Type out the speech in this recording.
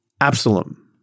Absalom